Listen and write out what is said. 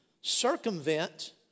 circumvent